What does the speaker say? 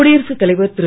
குடியரசுத் தலைவர் திரு